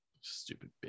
Stupid